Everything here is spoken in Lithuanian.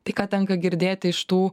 tai ką tenka girdėti iš tų